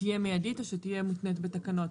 תהיה מיידית או שתהיה מותנית בתקנות?